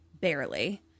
barely